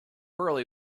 early